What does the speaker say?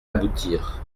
aboutir